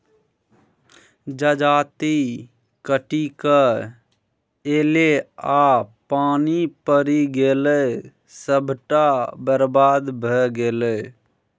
जजाति कटिकए ऐलै आ पानि पड़ि गेलै सभटा बरबाद भए गेलै